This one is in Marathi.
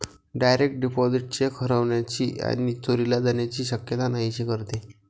डायरेक्ट डिपॉझिट चेक हरवण्याची आणि चोरीला जाण्याची शक्यता नाहीशी करते